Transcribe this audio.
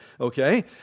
okay